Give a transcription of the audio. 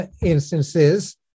instances